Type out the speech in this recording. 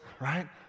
right